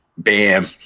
Bam